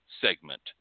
segment